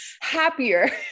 happier